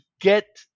get